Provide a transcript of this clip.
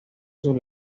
sus